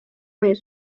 моей